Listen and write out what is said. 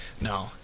no